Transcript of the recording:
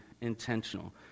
intentional